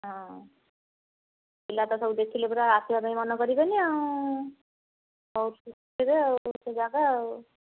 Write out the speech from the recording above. ହଁ ପିଲା ତ ସବୁ ଦେଖିଲେ ପୁରା ଆସିବା ପାଇଁ ମନ କରିବେନି ଆଉ ବୁଲୁଥିବେ ଆଉ ସେ ଯାଗା ଆଉ